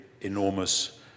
enormous